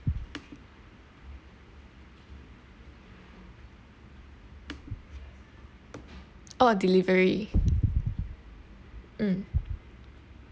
orh delivery mm